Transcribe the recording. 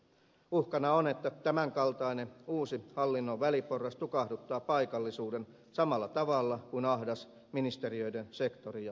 uhkana on että tämänkaltainen uusi hallinnon väliporras tukahduttaa paikallisuuden samalla tavalla kuin ahdas ministeriöiden sektori ja resurssiohjaus